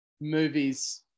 movies